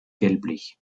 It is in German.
gelblich